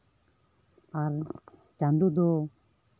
ᱟᱨ ᱪᱟᱸᱫᱳ ᱫᱚ